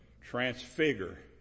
transfigure